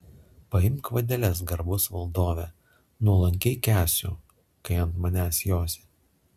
paimk vadeles garbus valdove nuolankiai kęsiu kai ant manęs josi